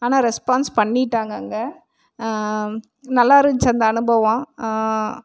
ஆனால் ரெஸ்பான்ஸ் பண்ணிவிட்டாங்க அங்கே நல்லாருந்துச்சு அந்த அனுபவம்